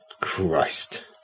Christ